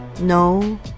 no